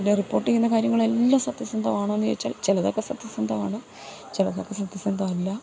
പിന്നെ റിപ്പോർട്ട് ചെയ്യുന്ന കാര്യങ്ങൾ എല്ലാം സത്യസന്ധം ആണോന്ന് ചോദിച്ചാൽ ചിലതൊക്കെ സത്യസന്ധമാണ് ചിലതൊക്കെ സത്യസന്ധമല്ല